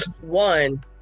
one